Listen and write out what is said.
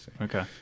Okay